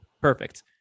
Perfect